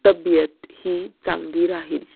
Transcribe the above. तब्येत ही चांगली राहील